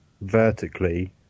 vertically